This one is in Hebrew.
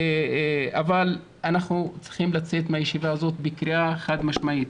אבל אנחנו צריכים לצאת מהישיבה הזאת בקריאה חד משמעית.